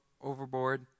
overboard